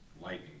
lightning